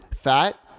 fat